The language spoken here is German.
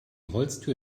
holztür